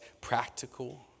practical